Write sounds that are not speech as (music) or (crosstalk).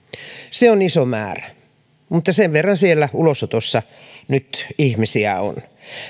se on iso määrä mutta sen verran siellä ulosotossa (unintelligible) nyt (unintelligible) ihmisiä on